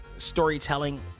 storytelling